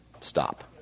stop